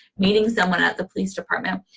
meeting someone at the police department,